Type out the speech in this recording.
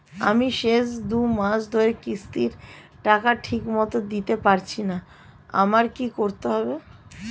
আমি শেষ দুমাস ধরে কিস্তির টাকা ঠিকমতো দিতে পারছিনা আমার কি করতে হবে?